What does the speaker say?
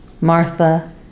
Martha